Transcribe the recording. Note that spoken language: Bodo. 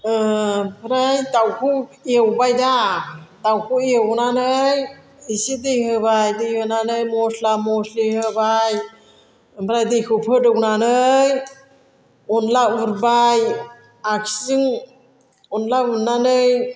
ओमफ्राय दाउखौ एवबायदा दाउखौ एवनानै एसे दै होबाय दै होनानै मस्ला मस्लि होबाय ओमफ्राय दैखौ फोदौनानै अनद्ला उरबाय आखिजों अनद्ला उननानै